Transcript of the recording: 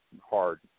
hard